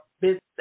business